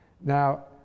Now